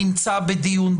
המשמר תמיד נמצא שם,